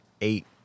Eight